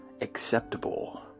acceptable